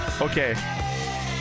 Okay